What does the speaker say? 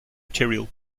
material